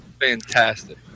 fantastic